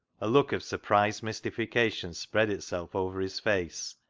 a look of sur prised mystification spread itself over his face,